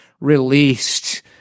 released